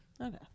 Okay